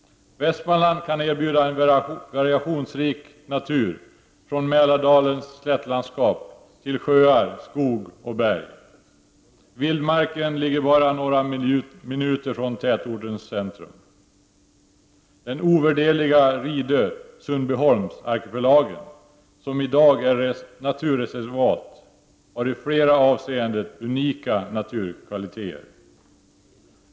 Västmanland kan erbjuda en variationsrik natur — från Mälardalens slättlandskap till sjöar, skog och berg. Vildmarken ligger bara några minuter från tätorternas centrum. Den ovärderliga Ridö—-Sundbyholms-arkipelagen, som i dag är naturreservat, har i flera avseenden unika naturkvaliteter.